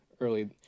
Early